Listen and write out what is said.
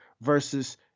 versus